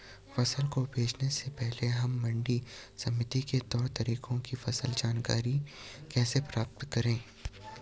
फसल को बेचने से पहले हम मंडी समिति के तौर तरीकों की जानकारी कैसे प्राप्त करें?